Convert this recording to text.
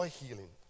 healing